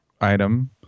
item